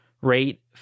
rate